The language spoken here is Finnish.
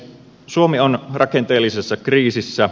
suomi on rakenteellisessa kriisissä